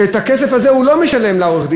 שאת הכסף הזה הוא לא משלם לעורך-דין,